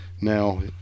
Now